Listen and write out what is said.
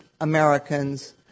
Americans